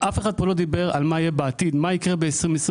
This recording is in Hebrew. לא דיבר על מה יהיה בעתיד, מה יקרה ב-2024.